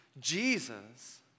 Jesus